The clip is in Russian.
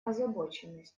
озабоченность